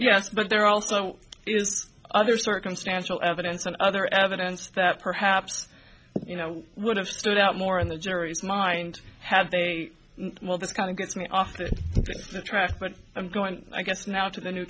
yes but there also is other circumstantial evidence and other evidence that perhaps you know would have stood out more in the jury's mind had they just kind of gets me off the track but i'm going i guess now to the new